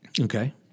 Okay